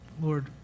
Lord